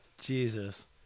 Jesus